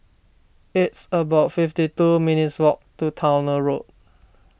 it's about fifty two minutes' walk to Towner Road